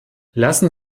lassen